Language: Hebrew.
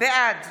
בעד